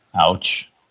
Ouch